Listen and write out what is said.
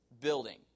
building